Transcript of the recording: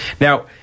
Now